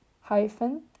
hyphen